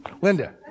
Linda